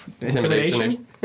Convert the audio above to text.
intimidation